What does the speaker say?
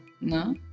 no